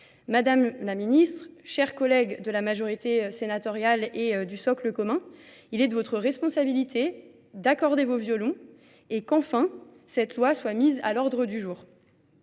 Madame la Ministre, chers collègues de la majorité sénatoriale et du Soc le commun, il est de votre responsabilité d'accorder vos violons et qu'enfin, cette loi soit mise à l'ordre du jour.